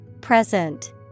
Present